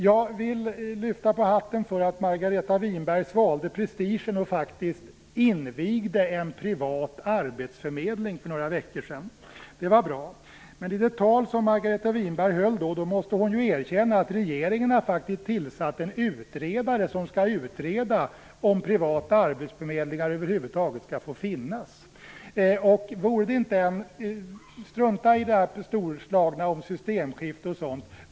Jag vill lyfta på hatten för att Margareta Winberg svalde prestigen och invigde en privat arbetsförmedling för några veckor sedan. Det var bra. Men i det tal som Margareta Winberg höll då måste hon erkänna att regeringen faktiskt har tillsatt en utredare som skall utreda om privata arbetsförmedlingar över huvud taget skall finnas. Strunta i det storslagna om systemskifte och sådant.